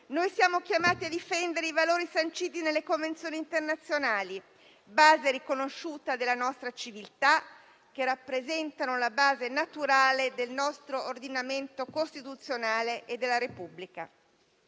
Siamo chiamati a difendere i valori sanciti nelle Convenzioni internazionali, base riconosciuta della nostra civiltà, che rappresentano la base naturale del nostro ordinamento costituzionale e della Repubblica.